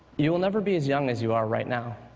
you will never be as young as you are right now.